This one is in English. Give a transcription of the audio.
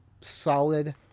solid